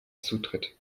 zutritt